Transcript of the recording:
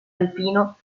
alpino